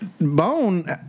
Bone